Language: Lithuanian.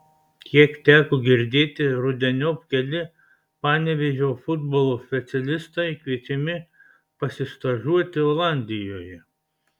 kiek teko girdėti rudeniop keli panevėžio futbolo specialistai kviečiami pasistažuoti olandijoje